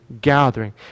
gathering